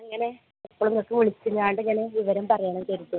ഞാൻ ഇങ്ങനെ എപ്പോഴും ഇങ്ങൾക്ക് വിളിച്ച് ഞാണ്ടിങ്ങനെ വിവരം പറയണം കരുതും